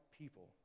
people